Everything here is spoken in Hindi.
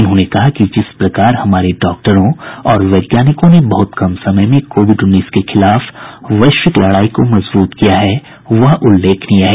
उन्होंने कहा कि जिस प्रकार हमारे डॉक्टरों और वैज्ञानिकों ने बहुत कम समय में कोविड उन्नीस के खिलाफ वैश्विक लड़ाई को मजबूत किया है वह उल्लेखनीय है